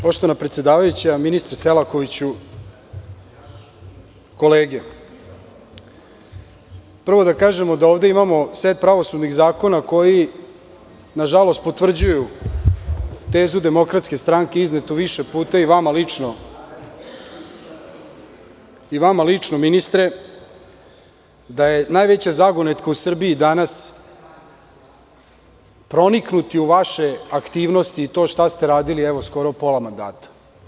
Poštovana predsedavajuća, ministre Selakoviću, kolege, prvo da kažemo da ovde imamo set pravosudnih zakona koji, nažalost, potvrđuju tezu DS iznetu više puta, i vama lično ministre, da je najveća zagonetka u Srbiji danas proniknuti u vaše aktivnosti i u to što ste radili, evo, skoro pola mandata.